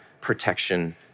protection